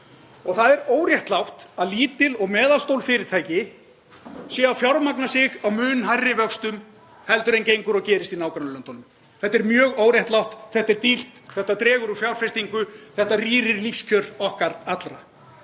Það er óréttlátt að lítil og meðalstór fyrirtæki séu að fjármagna sig á mun hærri vöxtum heldur en gengur og gerist í nágrannalöndunum. Þetta er mjög óréttlátt, þetta er dýrt, þetta dregur úr fjárfestingu, þetta rýrir lífskjör okkar allra.